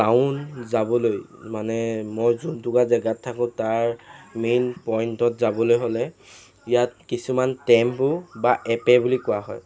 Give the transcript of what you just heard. town যাবলৈ মানে মই যোন টুকুৰা জাগাত থাকোঁ তাৰ মেইন পইণ্টত যাবলৈ হ'লে ইয়াত কিছুমান টেম্পু বা এপে বুলি কোৱা হয়